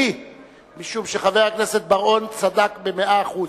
משום שחבר הכנסת בר-און צדק במאה אחוז.